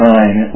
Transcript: Fine